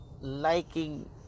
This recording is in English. Liking